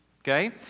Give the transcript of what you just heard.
Okay